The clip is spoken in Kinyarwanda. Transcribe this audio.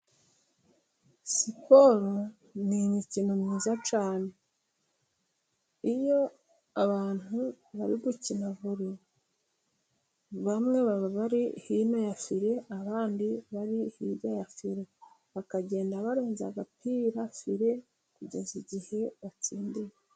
Siporo ni imikino myiza cyane, iyo abantu bari gukina vole bamwe baba bari hino ya fire, abandi bari hirya ya fire, bakagenda barenze agapira fire kugeza igihe batsindiye.